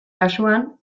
kasuan